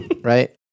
right